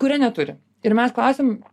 kurie neturi ir mes klausėm